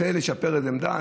בגלל שאני רוצה לשפר איזה עמדה,